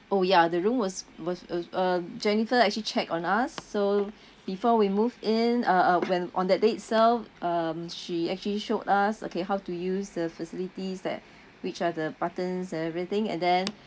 oh ya the room was was uh uh uh jennifer actually checked on us so before we moved in uh uh when on that day itself um she actually showed us okay how to use the facilities that which are the buttons and everything and then